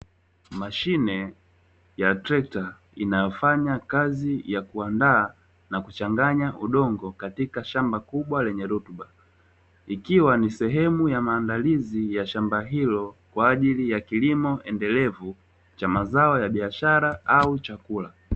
Mashine ya trekta inafanya kazi ya kuandaa na kuchanganya udongo katika shamba kubwa lenye rutuba, ikiwa ni sehemu ya maandalizi ya shamba hilo kwa ajili ya kilimo endelevu cha mazao ya biashara au chakula.